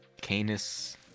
Canis